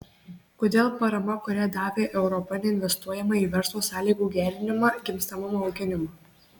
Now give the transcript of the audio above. kodėl parama kurią davė europa neinvestuojama į verslo sąlygų gerinimą gimstamumo auginimą